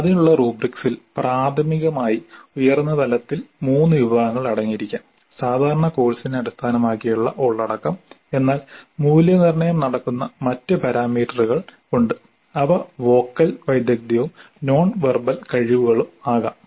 അതിനുള്ള റുബ്രിക്സിൽ പ്രാഥമികമായി ഉയർന്ന തലത്തിൽ 3 വിഭാഗങ്ങൾ അടങ്ങിയിരിക്കാം സാധാരണ കോഴ്സിനെ അടിസ്ഥാനമാക്കിയുള്ള ഉള്ളടക്കം എന്നാൽ മൂല്യനിർണ്ണയം നടക്കുന്ന മറ്റ് പാരാമീറ്ററുകൾ ഉണ്ട് അവ വോക്കൽ വൈദഗ്ധ്യവും നോൺ വെർബൽ കഴിവുകളും ആകാം